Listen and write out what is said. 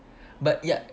but ya